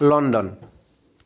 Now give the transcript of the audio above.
London